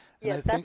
Yes